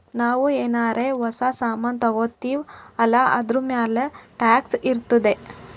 ನಾವು ಏನಾರೇ ಹೊಸ ಸಾಮಾನ್ ತಗೊತ್ತಿವ್ ಅಲ್ಲಾ ಅದೂರ್ಮ್ಯಾಲ್ ಟ್ಯಾಕ್ಸ್ ಇರ್ತುದೆ